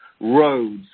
roads